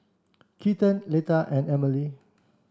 Keaton Leta and Emelie